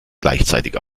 gleichzeitig